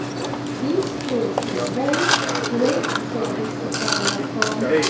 this proved of very great service to father la combe,